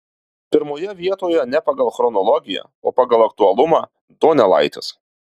pirmoje vietoje ne pagal chronologiją o pagal aktualumą donelaitis